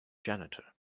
janitor